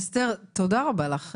אסתר, תודה רבה לך.